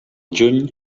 juny